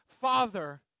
Father